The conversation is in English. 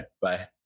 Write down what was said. Bye